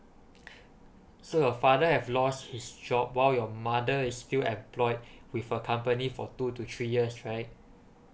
so your father have lost his job while your mother is still employed with her company for two to three years right